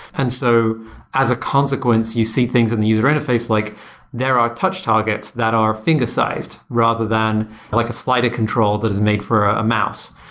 and so as a consequence, you see things in the user interface, like there are touch targets that are finger sized rather than like a slider control that is made for a mouse.